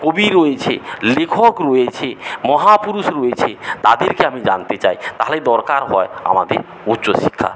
কবি রয়েছে লেখক রয়েছে মহাপুরুষ রয়েছে তাদেরকে আমি জানতে চাই তাহলে দরকার হয় আমাদের উচ্চশিক্ষা